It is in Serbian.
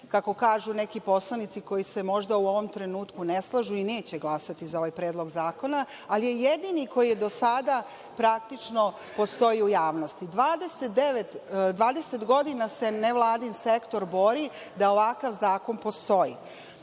kako kažu neki poslanici koji se možda u ovom trenutku ne slažu i neće glasati za ovaj predlog zakona, ali je jedini koji do sada praktično postoji u javnosti. Dvadeset godina se nevladin sektor bori da ovakav zakon postoji.